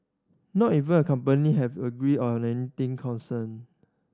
not even company have agreed on anything concern